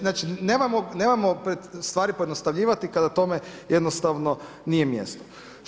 Znači nemojmo stvari pojednostavljivati kada tome jednostavno nije mjesto.